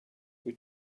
wyt